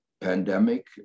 pandemic